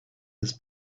his